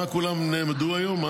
מה כולם נעמדו היום?